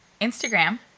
Instagram